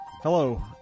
Hello